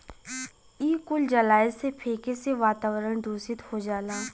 इ कुल जलाए से, फेके से वातावरन दुसित हो जाला